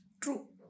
true